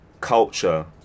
culture